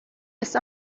esta